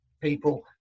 people